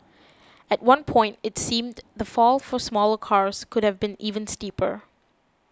at one point it seemed the fall for smaller cars could have been even steeper